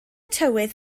tywydd